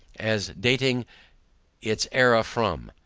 as dating its era from,